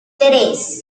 tres